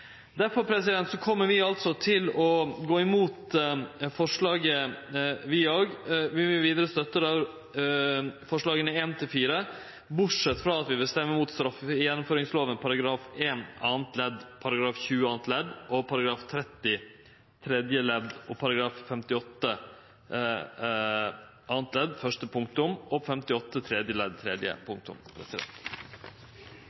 vi altså til å gå imot forslaget, vi òg. Vi vil vidare støtte I– IV , bortsett frå at vi vil stemme mot straffegjennomføringslova III § 1 nytt andre ledd, § 20 nytt andre ledd, § 30 tredje ledd nytt tredje punktum og § 58 andre ledd første punktum og § 58 tredje ledd tredje